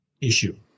issue